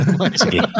okay